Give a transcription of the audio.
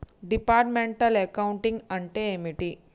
Departmental accounting అంటే ఏమిటి?